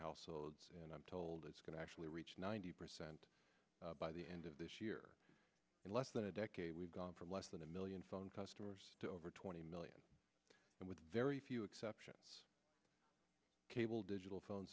and i'm told it's going to actually reach ninety percent by the end of this year in less than a decade we've gone from less than a million phone customers to over twenty million and with very few exceptions cable digital phone